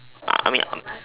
uh I mean I'm